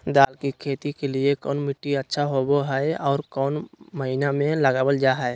दाल की खेती के लिए कौन मिट्टी अच्छा होबो हाय और कौन महीना में लगाबल जा हाय?